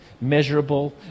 measurable